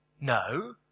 No